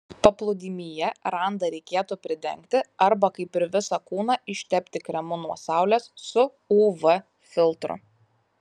paplūdimyje randą reikėtų pridengti arba kaip ir visą kūną ištepti kremu nuo saulės su uv filtru